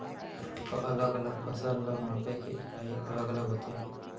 का अलग अलग फसल ला मापे के इकाइयां अलग अलग होथे?